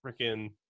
freaking